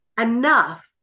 enough